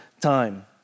time